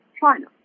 China